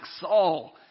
Saul